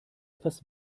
etwas